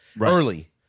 early